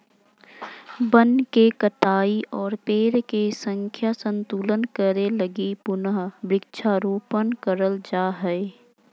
वन के कटाई और पेड़ के संख्या संतुलित करे लगी पुनः वृक्षारोपण करल जा हय